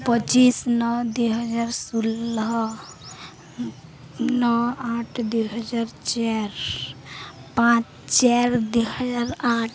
ପଚିଶି ନଅ ଦୁଇ ହଜାର ଷୁଲହ ନଅ ଆଠ ଦୁଇ ହଜାର ଚାରି ପାଞ୍ଚ ଚାରି ଦୁଇ ହଜାର ଆଠ